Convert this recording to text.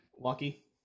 Lucky